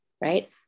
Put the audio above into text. right